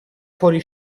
fuori